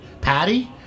Patty